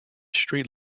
street